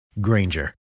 Granger